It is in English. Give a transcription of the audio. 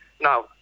Now